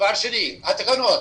לגבי התקנות.